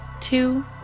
two